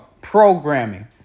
Programming